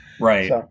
Right